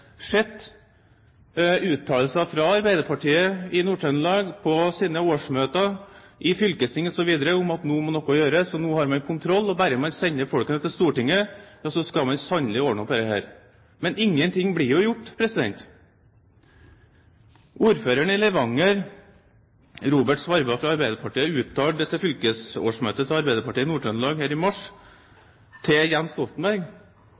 sett uttalelser fra Arbeiderpartiet i Nord-Trøndelag, på årsmøter, i fylkesting osv., om at nå må noe gjøres, nå har man kontroll, og bare man sender folk til Stortinget, skal man sannelig ordne opp i dette. Men ingenting blir gjort. Ordføreren i Levanger, Robert Svarva fra Arbeiderpartiet, uttalte til fylkesårsmøtet i Nord-Trøndelag i mars,